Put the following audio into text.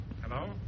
Hello